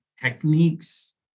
techniques